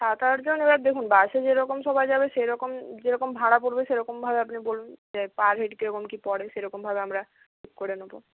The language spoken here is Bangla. সাত আটজন এবার দেখুন বাসে যেরকম সবাই যাবে সেরকম যেরকম ভাড়া পড়বে সেরকমভাবে আপনি বলবেন যে পার হেড কেরকম কি পড়ে সেরকমভাবে আমরা করে নেবো